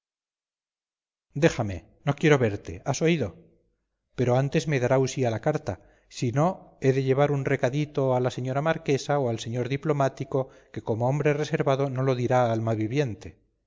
déjame no quiero verte has oído pero antes me dará usía la carta si no he de llevar un recadito a la señora marquesa o al señor diplomático que como hombre reservado no lo dirá a alma viviente